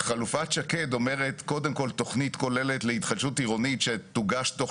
חלופת שקד אומרת קודם כל תכנית כוללת להתחדשות עירונית שתוגש תוך